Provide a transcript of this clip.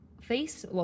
face